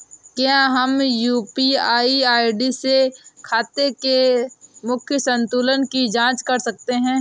क्या हम UPI ID से खाते के मूख्य संतुलन की जाँच कर सकते हैं?